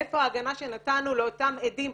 איפה ההגנה שנתנו לאותם עדים.